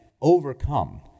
overcome